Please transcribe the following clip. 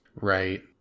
Right